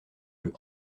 jeu